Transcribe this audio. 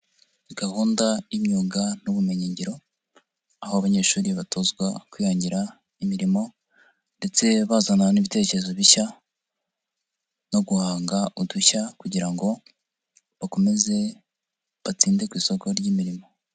Gahunda y'imyuga n'ubumenyingiro, aho abanyeshuri batozwa kwihangira imirimo ndetse bazana n'ibitekerezo bishya no guhanga udushya kugira ngo bakomeze batsinde ku isoko ry'imirimo.